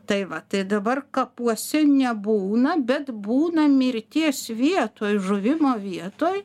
tai va tai dabar kapuose nebūna bet būna mirties vietoj žuvimo vietoj